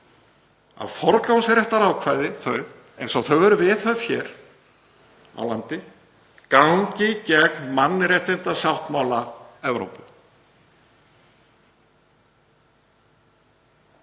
að forgangsréttarákvæði eins og þau eru viðhöfð hér á landi gangi gegn mannréttindasáttmála Evrópu.